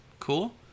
cool